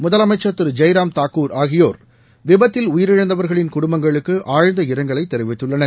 முதலமைச்சர் திரு ஜெய்ராம் தாக்கூர் ஆகியோர் விபத்தில் உயிரிழந்தவர்களின் குடும்பங்களுக்கு ஆழ்ந்த இரங்கலை தெரிவித்துள்ளனர்